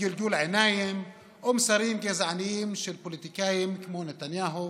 מגלגול עיניים או ממסרים גזעניים של פוליטיקאים כמו נתניהו